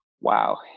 wow